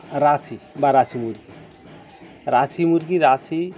রাঁচি বা রাঁচি মুরগি রাঁচি মুরগি রাঁচি